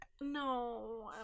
No